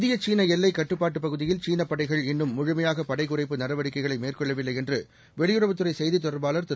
இந்தியசீனஎல்லைக் கட்டுப்பாட்டுபகுதியில் சீனபடைகள் இன்னும் முழுமையாகபடைகுறைப்பு நடவடிக்கைகளைமேற்கொள்ளவில்லைஎன்றுவெளியுறவு துறைசெய்தித் தொடர்பாளர் திரு